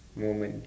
moment